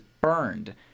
burned